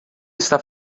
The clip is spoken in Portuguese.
está